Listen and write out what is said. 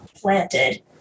planted